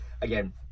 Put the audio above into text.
again